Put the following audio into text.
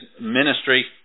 ministry